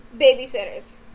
Babysitters